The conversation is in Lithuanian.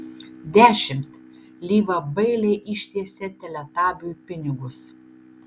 dešimt lyva bailiai ištiesė teletabiui pinigus